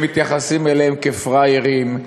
שמתייחסים אליהם כפראיירים,